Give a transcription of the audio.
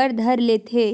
बर धर लेथे